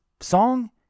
song